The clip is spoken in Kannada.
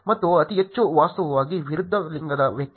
ಮತ್ತು ಅತಿ ಹೆಚ್ಚು ವಾಸ್ತವವಾಗಿ ವಿರುದ್ಧ ಲಿಂಗದ ವ್ಯಕ್ತಿ